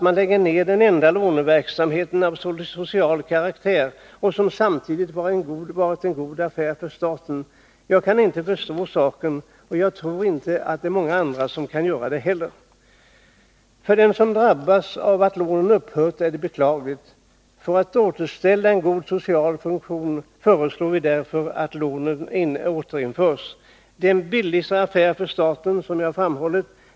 Man lägger alltså ned den enda låneverksamheten av social karaktär, som samtidigt varit en god affär för staten. Jag kan inte förstå den saken, och jag tror inte heller att många andra kan göra det. Man kan naturligtvis beklaga dem som drabbas av att lånemöjligheten upphört. För att återställa en god social funktion föreslår vi därför att lånen återinförs. Det är en billig affär för staten, som jag tidigare framhållit.